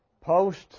post